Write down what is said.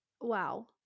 Wow